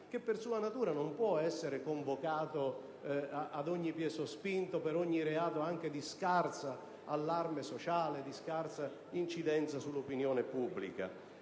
che per sua natura non può essere convocato ad ogni piè sospinto, per ogni reato anche di scarso allarme sociale o di scarsa incidenza sull'opinione pubblica.